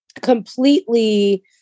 completely